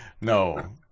No